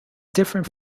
different